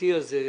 המשמעותי הזה.